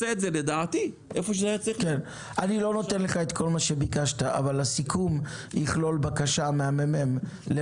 אני לא נותן לך את כל מה שביקשת אבל הסיכום יכלול בקשה מהמ.מ.מ